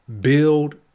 build